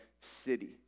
city